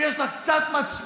אם יש לך קצת מצפון,